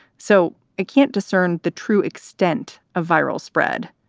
so it can't discern the true extent of viral spread.